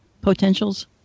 potentials